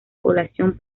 población